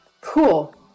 Cool